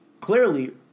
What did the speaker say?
clearly